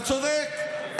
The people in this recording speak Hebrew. אתה צודק,